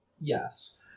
Yes